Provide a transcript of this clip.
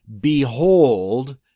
behold